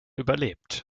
überlebt